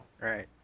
Right